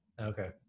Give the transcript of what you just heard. okay